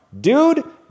Dude